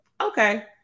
okay